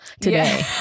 today